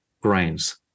grains